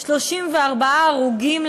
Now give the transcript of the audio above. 34 הרוגים,